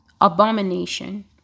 Abomination